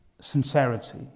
sincerity